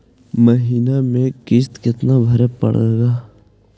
महीने में किस्त कितना भरें पड़ेगा?